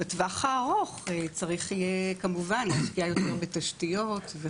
בטווח הארוך צריך יהיה להשקיע יותר בתשתיות.